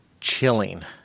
chilling